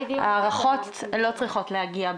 הארכות לא צריכות להגיע,